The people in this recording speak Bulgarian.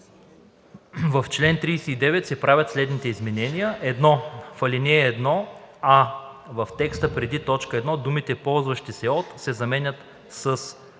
в чл. 39 се правят следните изменения: 1. В ал. 1: а) в текста преди т. 1 думите „ползващи се от“ се заменят с